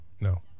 No